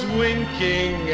winking